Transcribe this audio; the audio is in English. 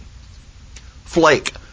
Flake